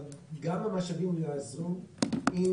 אבל גם המשאבים לא יעזרו אם